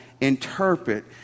interpret